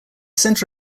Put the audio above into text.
centre